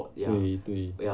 对对